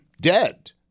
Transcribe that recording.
dead